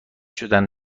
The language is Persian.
شدن